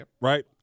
right